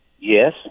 Yes